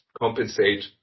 compensate